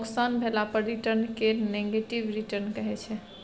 नोकसान भेला पर रिटर्न केँ नेगेटिव रिटर्न कहै छै